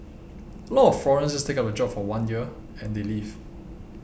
a lot of foreigners just take up the job for one year and they leave